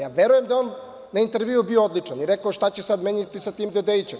Ja verujem da je on na intervjuu bio odličan i rekao – šta će sada menjati sa tim Dedejićem.